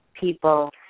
people